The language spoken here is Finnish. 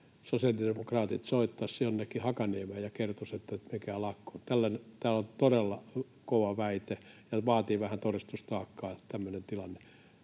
sosiaalidemokraatit soittaisivat jonnekin Hakaniemeen ja kertoisivat, että menkää lakkoon. Tämä on todella kova väite, eli se vaatii vähän todistustaakkaa, että tämmöinen tilanne